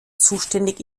zuständig